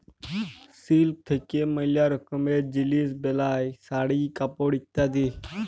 silk থাক্যে ম্যালা রকমের জিলিস বেলায় শাড়ি, কাপড় ইত্যাদি